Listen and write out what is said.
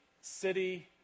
city